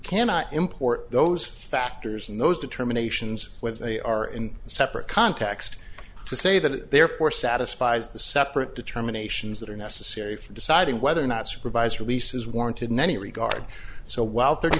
cannot import those factors and those determinations whether they are in separate context to say that therefore satisfies the separate determinations that are necessary for deciding whether or not supervised release is warranted in any regard so well thirty